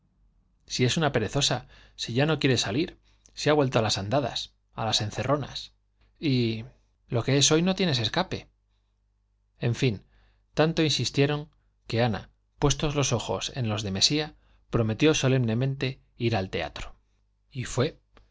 si es una perezosa si ya no quiere salir si ha vuelto a las andadas a las encerronas y pero lo que es hoy no tienes escape en fin tanto insistieron que ana puestos los ojos en los de mesía prometió solemnemente ir al teatro y fue